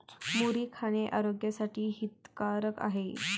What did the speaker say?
मुरी खाणे आरोग्यासाठी हितकारक आहे